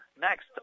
next